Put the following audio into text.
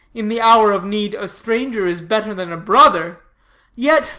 in the hour of need, a stranger is better than a brother yet,